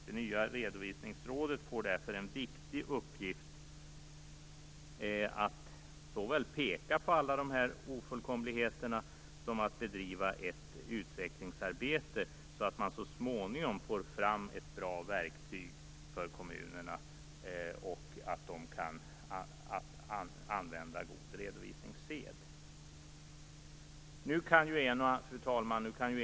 Det nya redovisningsrådet får därför en viktig uppgift: såväl att peka på alla ofullkomligheter som att bedriva ett utvecklingsarbete, så att man så småningom får fram ett bra verktyg för kommunerna att användas för en god redovisningssed. Fru talman!